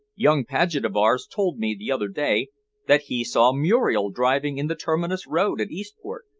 young paget of ours told me the other day that he saw muriel driving in the terminus road at eastbourne,